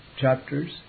chapters